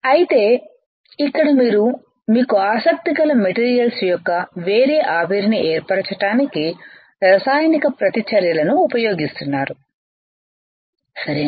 అయితే ఇక్కడ మీరు మీకు ఆసక్తి గల మెటీరియల్స్ యొక్క వేరే ఆవిరిని ఏర్పరచటానికి రసాయన ప్రతిచర్యలను ఉపయోగిస్తున్నారు సరేనా